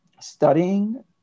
studying